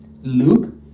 Luke